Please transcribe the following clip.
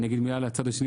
אני אגיד מילה על הצד השני,